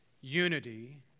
unity